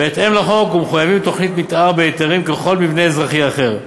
בהתאם לחוק ומחויבים בתוכנית מתאר והיתרים ככל מבנה אזרחי אחר.